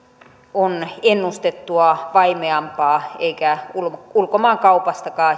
on ennustettua vaimeampaa eikä ulkomaankaupastakaan